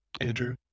andrew